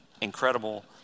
incredible